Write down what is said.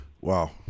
Wow